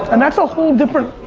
and that's a whole different